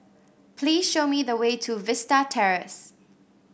please show me the way to Vista Terrace